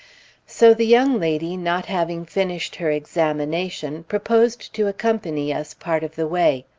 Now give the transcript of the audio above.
so the young lady, not having finished her examination, proposed to accompany us part of the way.